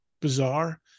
bizarre